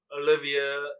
Olivia